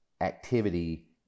activity